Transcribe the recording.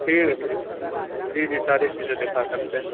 ٹھیک ہے ٹھیک جی جی ساری چیزیں دکھا سکتے ہیں